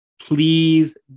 Please